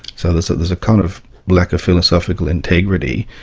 so there's there's a kind of lack of philosophical integrity,